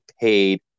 paid